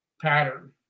pattern